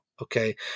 Okay